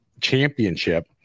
championship